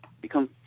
become